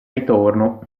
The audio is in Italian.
ritorno